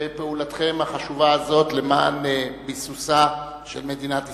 בפעולתכם החשובה הזאת למען ביסוסה של מדינת ישראל,